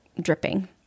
dripping